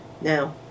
now